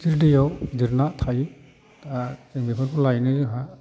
गिदिर दैयाव गिदिर ना थायो दा जों बेफोरखौ लायनो जोंहा